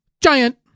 giant